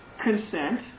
consent